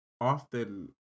often